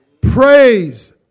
praise